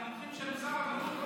של המומחים של משרד הבריאות,